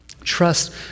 Trust